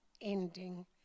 ending